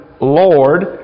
Lord